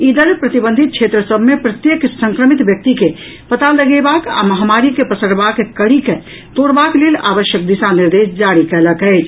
ई दल प्रतिबंधित क्षेत्र सभ मे प्रत्येक संक्रमित व्यक्ति के पता लगेबाक आ महामारी के पसरबाक कड़ी के तोड़बाक लेल आवश्यक दिशा निर्देश जारी कयलक अछि